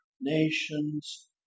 nation's